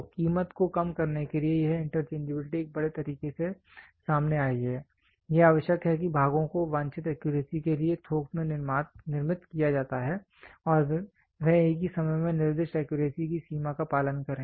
तो कीमत को कम करने के लिए यह इंटरचेंजबिलिटी एक बड़े तरीके से सामने आई है यह आवश्यक है कि भागों को वांछित एक्यूरेसी के लिए थोक में निर्मित किया जाता है और वह एक ही समय में निर्दिष्ट एक्यूरेसी की सीमा का पालन करें